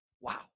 Wow